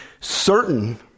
certain